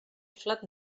inflat